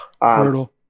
Brutal